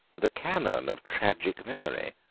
the canon of tragic memory,